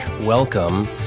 Welcome